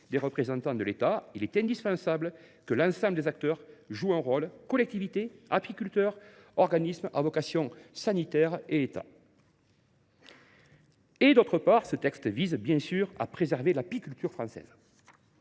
des représentants de l’État. Il est indispensable que l’ensemble des acteurs jouent un rôle : collectivités, apiculteurs, organismes à vocation sanitaire et État. D’autre part, ce texte vise, bien sûr, à préserver l’apiculture française.